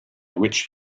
which